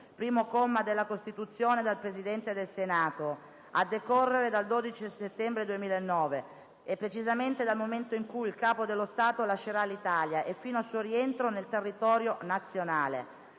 primo comma, della Costituzione, dal Presidente del Senato a decorrere dal 12 settembre 2009 e, precisamente, dal momento in cui il Capo dello Stato lascerà l'Italia e fino al suo rientro nel territorio nazionale.